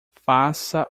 faça